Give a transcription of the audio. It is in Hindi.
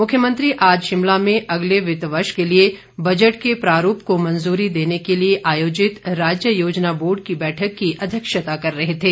मुख्यमंत्री आज शिमला में अगले वित्त वर्ष के लिए बजट के प्रारूप को मंजूरी देने के लिए आयोजित राज्य योजना बोर्ड की बैठक की अध्यक्षता कर रहे थे